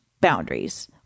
boundaries